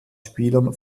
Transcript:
spielern